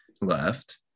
left